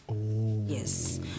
yes